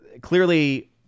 clearly